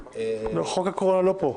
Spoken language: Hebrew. חוק הקורונה לא פה.